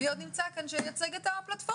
מי עוד נמצא כאן שמייצג את הפלטפורמות?